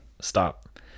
stop